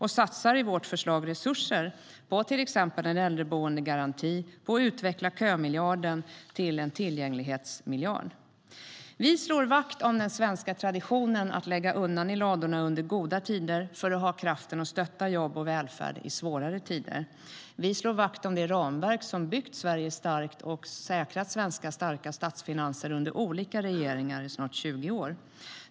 Vi satsar i vårt förslag resurser bland annat på en äldreboendegaranti och på att utveckla kömiljarden till en tillgänglighetsmiljard. Vi slår vakt om den svenska traditionen att lägga undan i ladorna under goda tider för att ha kraften att stötta jobb och välfärd i svårare tider. Vi slår vakt om det ramverk som byggt Sverige starkt och säkrat starka svenska statsfinanser under olika regeringar i snart 20 år.